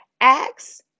acts